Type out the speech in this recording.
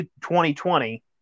2020